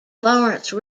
lawrence